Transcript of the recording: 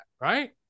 Right